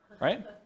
right